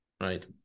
right